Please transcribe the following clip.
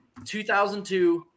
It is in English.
2002